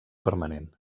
permanent